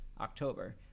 October